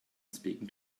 speaking